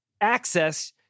access